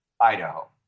Idaho